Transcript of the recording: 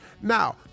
Now